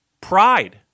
pride